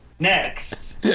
Next